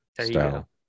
style